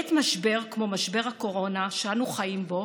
בעת משבר כמו משבר הקורונה שאנו חיים בו